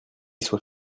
soit